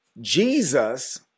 Jesus